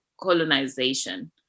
colonization